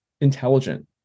intelligent